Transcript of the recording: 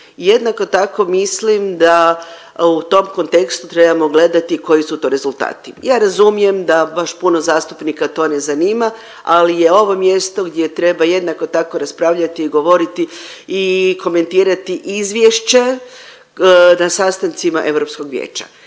Jednako tako mislim da u tom kontekstu trebamo gledati koji su to rezultati. Ja razumijem da baš puno zastupnika to ne zanima, ali je ovo mjesto gdje treba jednako tako raspravljati i govoriti i komentirati izvješće na sastancima Europskog vijeća.